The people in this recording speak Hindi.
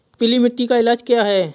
पीली मिट्टी का इलाज क्या है?